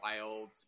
wild